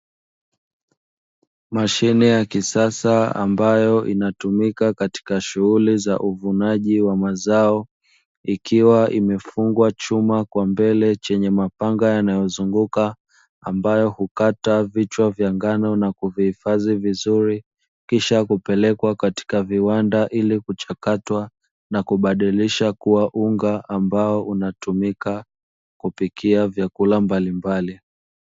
Mashine ya kisasa ambayo inatumika katika shughuli za uvunaji wa mazao ikiwa imefungwa chuma kwa mbele chenye mapanga yanayozunguka ambayo hukata vichwa vya ngano; na kuvihifadhi vizuri kisha kupelekwa katika viwanda ili kuchakatwa na kubadilisha kuwa unga ambao unatumika kupikia vyakula mbalimbali.